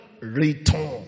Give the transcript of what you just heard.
return